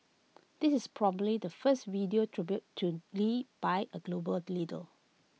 this is probably the first video tribute to lee by A global the leader